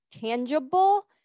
tangible